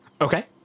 Okay